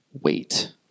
wait